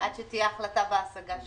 עד שתהיה החלטה בהסגה שלו?